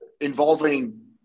involving